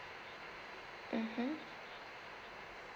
mmhmm